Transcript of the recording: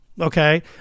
okay